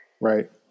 Right